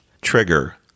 trigger